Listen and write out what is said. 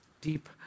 deep